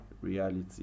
reality